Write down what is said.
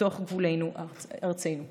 בתוך גבולות ארצנו.